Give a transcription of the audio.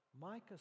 Micah